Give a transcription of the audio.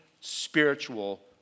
spiritual